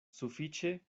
sufiĉe